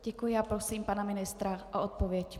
Děkuji a prosím pana ministra o odpověď.